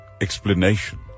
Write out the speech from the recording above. explanation